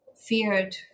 feared